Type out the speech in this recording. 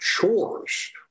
chores